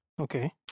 Okay